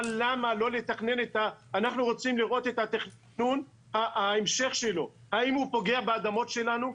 אבל אנחנו רוצים לראות את המשך התכנון שלו האם הוא פוגע באדמות שלנו?